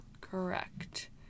Correct